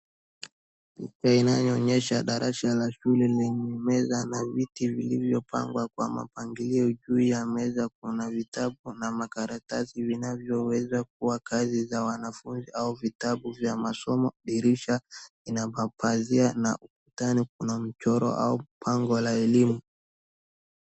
Picha inayoonyesha darasa la shule lenye meza na viti vilivyopangwa kwa mapangilio juu ya meza kuna vitabu na makaratasi vinavyoweza kuwa kazi za wanafunzi au vitabu vya masomo, dirisha ina mapazia na ukutani kuna mchoro au mpango la elimu.